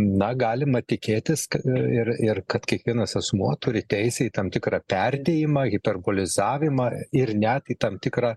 na galima tikėtis kad ir ir kad kiekvienas asmuo turi teisę į tam tikrą perdėjimą hiperbolizavimą ir net į tam tikrą